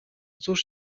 cóż